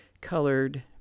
colored